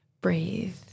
breathe